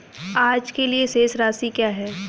आज के लिए शेष राशि क्या है?